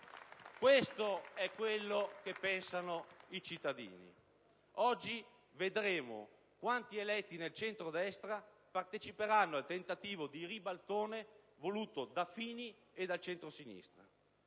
Questo è quello che pensano i cittadini. Oggi vedremo quanti eletti nel centrodestra parteciperanno al tentativo di ribaltone voluto da Fini e dal centrosinistra.